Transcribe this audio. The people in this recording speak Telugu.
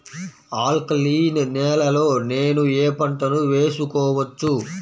ఆల్కలీన్ నేలలో నేనూ ఏ పంటను వేసుకోవచ్చు?